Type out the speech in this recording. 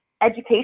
education